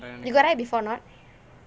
you got ride before not